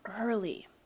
early